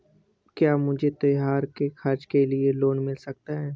क्या मुझे त्योहार के खर्च के लिए लोन मिल सकता है?